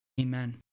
Amen